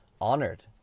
honored